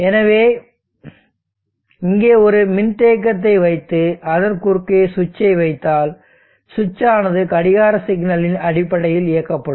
எனவே இங்கே ஒரு மின்தேக்கத்தை வைத்து அதன் குறுக்கே சுவிட்சை வைத்தால் சுவிட்ச் ஆனது கடிகார சிக்னலின் அடிப்படையில் இயக்கப்படும்